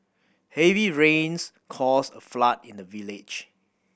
heavy rains caused a flood in the village